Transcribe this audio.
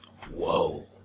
Whoa